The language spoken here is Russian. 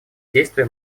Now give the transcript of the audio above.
действия